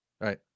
Right